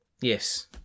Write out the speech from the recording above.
Yes